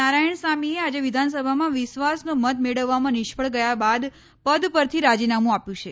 નારાયણસામીએ આજે વિધાનસભામાં વિશ્વાસનો મત મેળવવામાં નિષ્ફળ ગયા બાદ પદ પરથી રાજીનામું આપ્યું છે